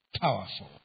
powerful